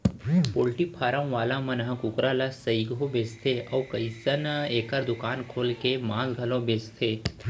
poultry farm वाला मन ह कुकरा ल सइघो बेचथें अउ कइझन एकर दुकान खोल के मांस घलौ बेचथें